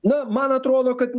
na man atrodo kad